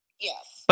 Yes